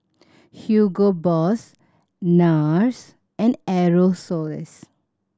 Hugo Boss Nars and Aerosoles